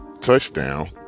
touchdown